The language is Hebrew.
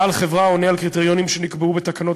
בעל חברה העונה על קריטריונים שנקבעו בתקנות